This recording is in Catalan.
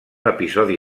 episodi